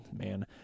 man